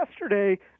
yesterday